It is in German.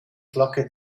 flagge